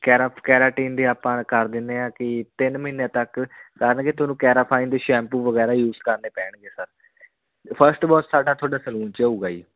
ਕੈਰਾ keratin ਦੇ ਆਪਾਂ ਕਰ ਦਿੰਦੇ ਹਾਂ ਕਿ ਤਿੰਨ ਮਹੀਨੇ ਤੱਕ ਕਰਨਗੇ ਤੁਹਾਨੂੰ ਕੈਰਾ ਫਾਈਨ ਦੇ ਸ਼ੈਂਪੂ ਵਗੈਰਾ ਯੂਜ ਕਰਨੇ ਪੈਣਗੇ ਸਰ ਫਸਟ ਵੋਸ਼ ਸਾਡਾ ਤੁਹਾਡਾ ਸਲੂਨ 'ਚ ਹੋਊਗਾ ਜੀ